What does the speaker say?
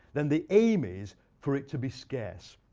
then the aim is for it to be scarce.